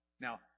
Now